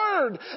Word